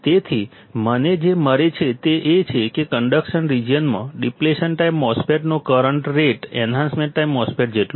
તેથી મને જે મળે છે તે એ છે કે કન્ડક્શન રિજિયનમાં ડીપ્લેશન ટાઈમ MOSFET નો current rate enhancement type MOSFET જેટલો છે